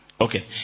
Okay